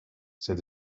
said